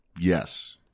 Yes